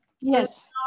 Yes